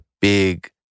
big